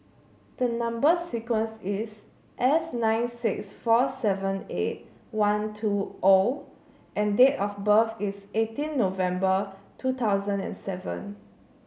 the number sequence is S nine six four seven eight one two O and date of birth is eighteen November two thousand and seven